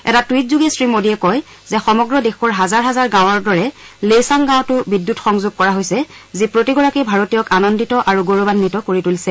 এটা টুইটযোগে শ্ৰীমোডীয়ে কয় যে সমগ্ৰ দেশৰ হাজাৰ হাজাৰ গাঁৱৰ দৰে লেইচাং গাঁৱতো বিদ্যুৎ সংযোগ কৰা হৈছে যি প্ৰতিগৰাকী ভাৰতীয়ক আনন্দিত আৰু গৌৰৱান্বিত কৰি তুলিছে